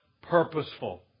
purposeful